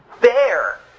bear